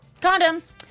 Condoms